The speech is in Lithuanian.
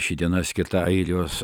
ši diena skirta airijos